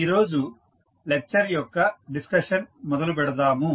ఈరోజు లెక్చర్ యొక్క డిస్కషన్ మొదలు పెడదాము